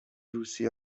روسیه